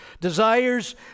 desires